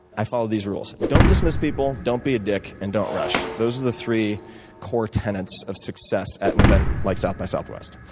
i followed these rules don't dismiss people, don't be a dick, and don't rush. those are the three core tenets of success at an event like south by southwest.